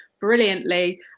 brilliantly